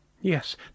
yes